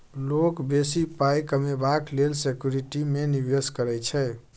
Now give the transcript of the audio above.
लोक बेसी पाइ कमेबाक लेल सिक्युरिटी मे निबेश करै छै